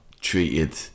treated